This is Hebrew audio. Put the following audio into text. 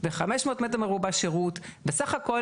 ומה קרה?